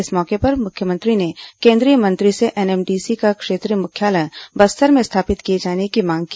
इस मौके पर मुख्यमंत्री ने केंद्रीय मंत्री से एनएमडीसी का क्षेत्रीय मुख्यालय बस्तर में स्थापित किए जाने की मांग की